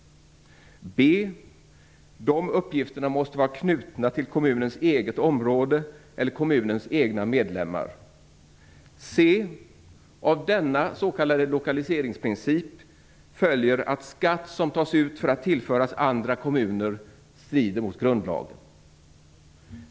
b) Dessa uppgifter måste vara knutna till kommunens eget område eller till kommunens egna medlemmar. c) Av denna s.k. lokaliseringsprincip följer att skatt som tas ut för att tillföras andra kommuner strider mot grundlagen.